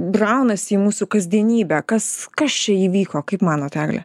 braunasi į mūsų kasdienybę kas kas čia įvyko kaip manot egle